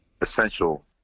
essential